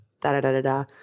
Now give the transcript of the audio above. da-da-da-da-da